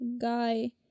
guy